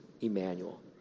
emmanuel